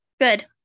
Good